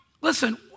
listen